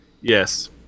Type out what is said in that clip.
Yes